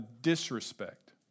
disrespect